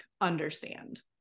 understand